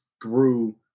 grew